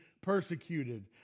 persecuted